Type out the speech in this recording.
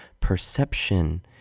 perception